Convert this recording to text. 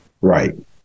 Right